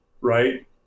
Right